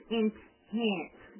intense